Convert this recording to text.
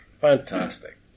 Fantastic